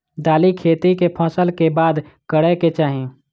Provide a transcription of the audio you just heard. दालि खेती केँ फसल कऽ बाद करै कऽ चाहि?